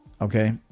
Okay